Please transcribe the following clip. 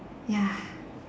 ya